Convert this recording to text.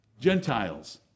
Gentiles